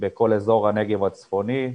בכל אזור הנגב הצפוני,